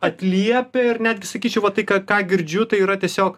atliepia ir netgi sakyčiau va tai ką ką girdžiu tai yra tiesiog